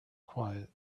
quiet